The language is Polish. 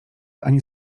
ani